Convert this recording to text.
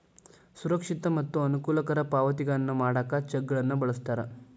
ಸುರಕ್ಷಿತ ಮತ್ತ ಅನುಕೂಲಕರ ಪಾವತಿಗಳನ್ನ ಮಾಡಾಕ ಚೆಕ್ಗಳನ್ನ ಬಳಸ್ತಾರ